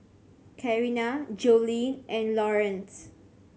Carina Jolene and Lawrence